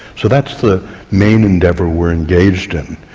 so that's the main endeavour we're engaged in.